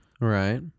Right